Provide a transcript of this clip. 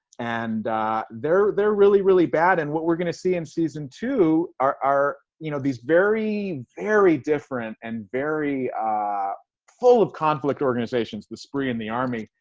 and they're they're really, really bad. and what we're going to see in season two are are you know these very, very different and very full of conflict organizations. the spree and the army.